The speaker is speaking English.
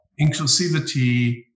inclusivity